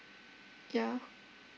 yeah